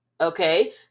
okay